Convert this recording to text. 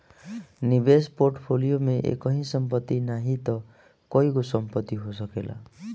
निवेश पोर्टफोलियो में एकही संपत्ति नाही तअ कईगो संपत्ति हो सकेला